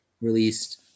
released